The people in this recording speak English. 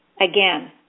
Again